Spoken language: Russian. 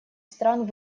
стран